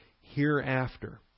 hereafter